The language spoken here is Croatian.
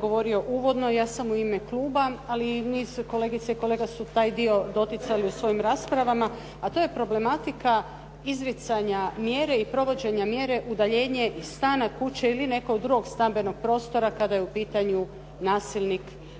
govorio uvodno, ja sam u ime kluba, ali nisu kolegice i kolege taj dio doticali u svojim raspravama, a to je problematika izricanja mjere i provođenja mjere udaljenje iz stana, kuće ili nekog drugog stambenog prostora kada je u pitanju nasilnik koji